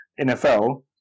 NFL